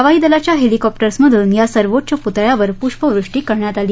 वायुदलाच्या हेलिकॉप्टर्समधून या सर्वोच्च प्तळ्यावर पुष्पवृष्टी करण्यात आली